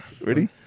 ready